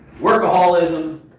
workaholism